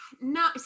No